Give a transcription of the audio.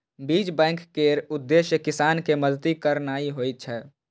बीज बैंक केर उद्देश्य किसान कें मदति करनाइ होइ छै